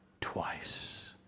twice